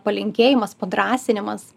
palinkėjimas padrąsinimas